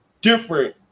different